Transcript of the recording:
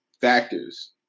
factors